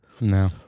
No